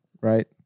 right